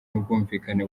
n’ubwumvikane